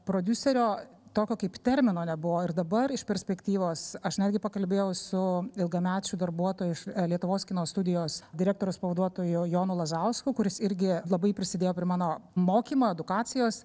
prodiuserio tokio kaip termino nebuvo ir dabar iš perspektyvos aš netgi pakalbėjau su ilgamečiu darbuotoju iš lietuvos kino studijos direktoriaus pavaduotoju jonu lazausku kuris irgi labai prisidėjo prie mano mokymo edukacijos